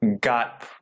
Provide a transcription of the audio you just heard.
got